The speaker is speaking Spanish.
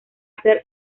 hacer